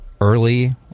early